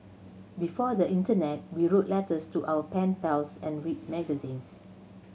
before the internet we wrote letters to our pen pals and read magazines